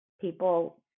people